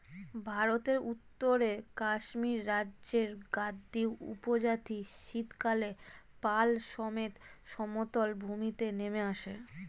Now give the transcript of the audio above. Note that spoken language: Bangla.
ভারতের উত্তরে কাশ্মীর রাজ্যের গাদ্দী উপজাতি শীতকালে পাল সমেত সমতল ভূমিতে নেমে আসে